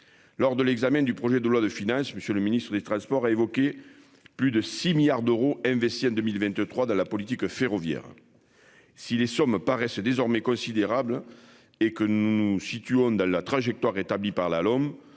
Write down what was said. Lors de l'examen du projet de loi de finances. Monsieur le Ministre des transports a évoqué plus de 6 milliards d'euros investis en 2023 de la politique ferroviaire. Si les sommes paraissent désormais considérable et que nous nous situons dans la trajectoire établit par la